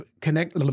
connect